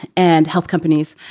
and health companies.